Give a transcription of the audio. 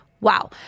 wow